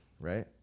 right